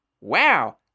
Wow